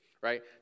right